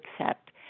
accept